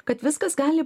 kad viskas gali